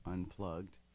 Unplugged